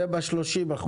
זה ב-30%.